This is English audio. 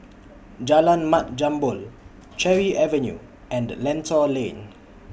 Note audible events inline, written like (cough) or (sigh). Jalan Mat Jambol (noise) Cherry Avenue and Lentor Lane